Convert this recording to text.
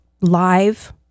live